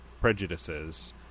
prejudices